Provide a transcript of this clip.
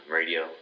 radio